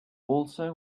also